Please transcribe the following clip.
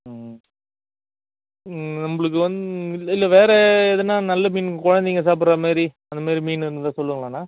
ம் ம் நம்பளுக்கு வந்து இல்லை வேறு எதன்னா நல்ல மீன் குழந்தைங்க சாப்பிட்றமாரி அந்தமாதிரி மீன் இருந்தால் சொல்லுங்களண்ணா